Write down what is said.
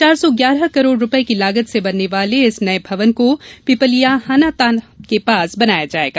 चार सौ ग्यारह करोड़ रुपये की लागत से बनने वाले इस नए भवन को पिपलियाहाना तालाब के पास बनाया जाएगा